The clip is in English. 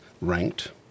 ranked